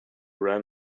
ran